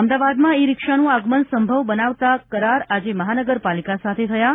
અમદાવાદમાં ઇ રીક્ષાનું આગમન સંભવ બનાવતા કરાર આજે મહાનગરપાલિકા સાથે થયા છે